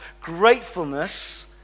gratefulness